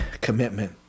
commitment